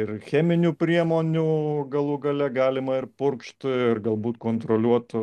ir cheminių priemonių galų gale galima ir purkšt ir galbūt kontroliuot